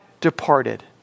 departed